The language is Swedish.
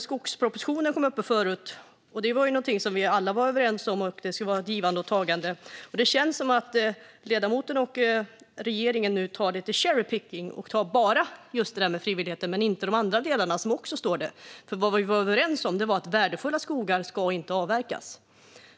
Skogspropositionen nämndes förut, och där var vi alla överens om att det skulle vara ett givande och ett tagande. Det känns som att ledamoten och regeringen nu ägnar sig åt lite cherry-picking och bara tar just frivilligheten men inte de andra delarna som också stod där. Det vi var överens om var att värdefulla skogar inte ska avverkas.